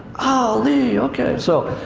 oh, lee, okay. so,